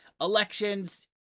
elections